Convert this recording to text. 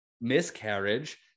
miscarriage